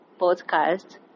podcast